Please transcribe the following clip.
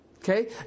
Okay